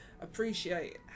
appreciate